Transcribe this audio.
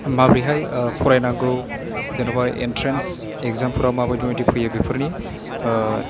माबोरैहाय फरायनांगौ जेन'बा एन्ट्रेन्स इगजामफोराव माबायदि माबायदि फरायो बेफोरनि